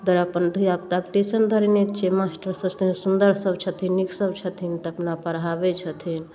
ओहि दुआरे अपन धिआपुताके ट्यूशन धरेने छिए मास्टरसब सुन्दर सब छथिन नीक सब छथिन तऽ अपना पढ़ाबै छथिन